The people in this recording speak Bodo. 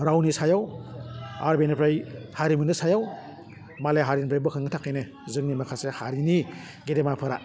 रावनि सायाव आरो बेनिफ्राय हारिमुनि सायाव मालाय हारिनिफ्राय बोखांनो थाखायनो जोंनि माखासे हारिनि गेदेमाफोरा